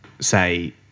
say